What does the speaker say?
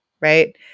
right